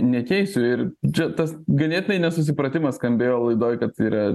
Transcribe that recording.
nekeisiu ir čia tas ganėtinai nesusipratimas skambėjo laidoj kad yra